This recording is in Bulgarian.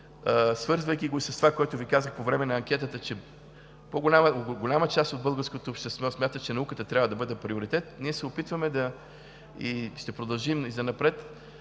свързвайки го и с това, което Ви казах по време на анкетата, че голяма част от българското общество смята, че науката трябва да бъде приоритет, ние се опитваме, ще продължим и занапред,